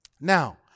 Now